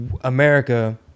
America